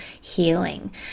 healing